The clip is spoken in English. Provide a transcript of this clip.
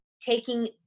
taking